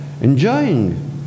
enjoying